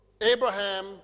Abraham